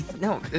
no